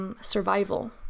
survival